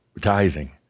tithing